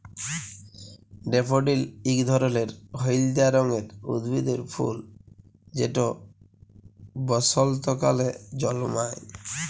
daffodil ইক ধরলের হইলদা রঙের উদ্ভিদের ফুল যেট বসল্তকালে জল্মায়